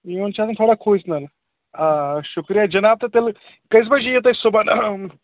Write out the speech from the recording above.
میٛٲنۍ چھَنہٕ فَرَق کھوٗژنَن آ شُکریہ جِناب تہٕ تیٚلہِ کٔژِ بَجہِ یِیِو تُہۍ صُبحن